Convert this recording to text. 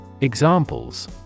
Examples